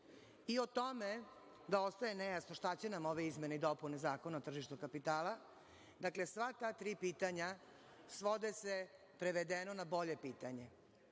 i o tome da ostaje nejasno šta će nam ove izmene i dopune Zakona o tržištu kapitala, dakle sva ta tri pitanja svode se prevedeno na bolje pitanje